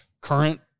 current